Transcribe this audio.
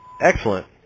Excellent